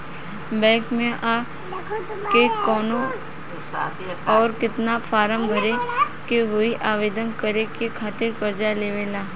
Bank मे आ के कौन और केतना फारम भरे के होयी आवेदन करे के खातिर कर्जा लेवे ला?